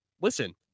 Listen